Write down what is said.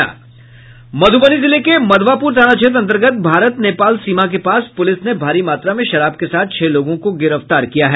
मध्रबनी जिले के मधवापूर थाना क्षेत्र अंतर्गत भारत नेपाल सीमा के पास पुलिस ने भारी मात्रा में शराब के साथ छह लोगों को गिरफ्तार किया है